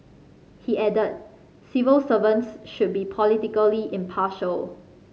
he added civil servants should be politically impartial